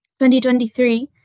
2023